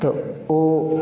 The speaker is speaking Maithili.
तऽ ओ